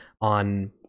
on